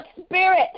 spirit